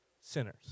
sinners